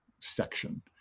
section